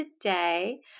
today